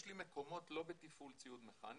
יש לי מקומות לא בתפעול ציוד מכני,